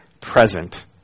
present